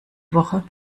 woche